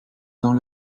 dans